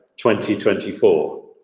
2024